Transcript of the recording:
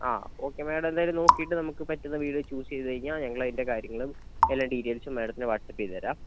ആ okay madam എന്തായാലും നോക്കിയിട്ട് നമുക്ക് പറ്റുന്ന വീട് നമുക്ക് ചൂസ് ചെയ്തുകഴിഞ്ഞാല് ഞങ്ങള് അതിന്റെ കാര്യങ്ങളും എല്ലാ ഡീറ്റയില്സും മാഡത്തിനു വാട്ട്സപ്പ് ചെയ്തു തരാം